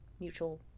mutual